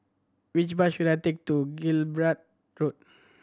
which bus should I take to Gibraltar Road